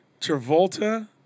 Travolta